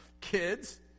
Kids